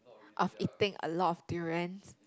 of eating a lot of durians